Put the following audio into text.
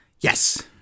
Yes